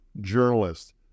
journalist